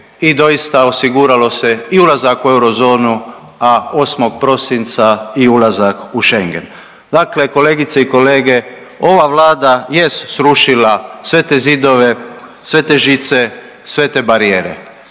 i doista osiguralo se i ulazak u euro zonu, a 8. prosinca i ulazak u Schengen. Dakle, kolegice i kolege ova Vlada jest srušila sve te zidove, sve te žice, sve te barijere.